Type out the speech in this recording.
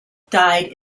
died